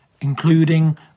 including